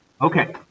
Okay